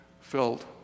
felt